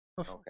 Okay